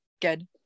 Good